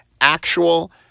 actual